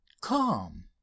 Come